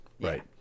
Right